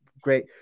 great